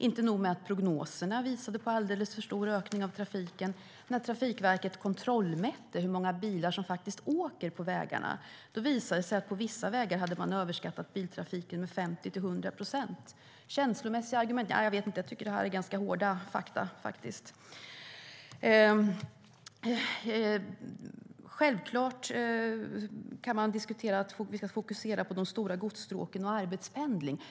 Inte nog med att prognoserna visade på en alldeles för stor ökning av trafiken, för när Trafikverket kontrollräknade hur många bilar som faktiskt åker på vägarna visade det sig att man på vissa vägar hade överskattat biltrafiken med 50-100 procent. Känslomässiga argument - nej, jag tycker att det här är ganska hårda fakta. Självklart kan man diskutera att vi ska fokusera på de stora godsstråken och arbetspendling.